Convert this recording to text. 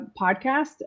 podcast